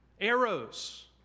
arrows